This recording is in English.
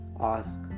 ask